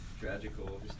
tragical